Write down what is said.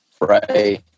Right